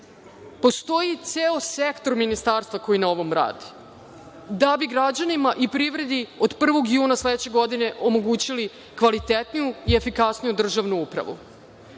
Postoji ceo sektor ministarstva koji na ovom radi da bi građanima i privredi od 1. juna sledeće godine omogućili kvalitetniju i efikasniju državnu upravu.